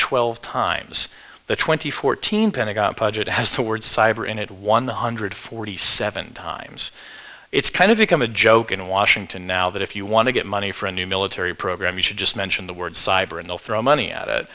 twelve times the twenty fourteen pentagon budget has toward cyber in it one hundred forty seven times it's kind of become a joke in washington now that if you want to get money for a new military program you should just mention the word cyber and they'll throw money at it